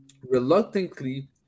reluctantly